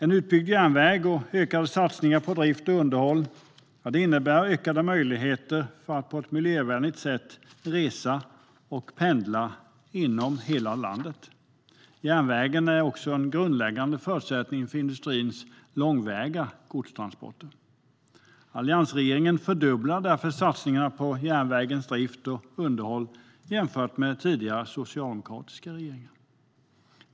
En utbyggd järnväg och ökade satsningar på drift och underhåll innebär ökade möjligheter för att på ett miljövänligt sätt resa och pendla inom hela landet. Järnvägen är också en grundläggande förutsättning för industrins långväga godstransporter. Alliansregeringen fördubblade satsningarna på järnvägens drift och underhåll jämfört med tidigare socialdemokratiska regeringar.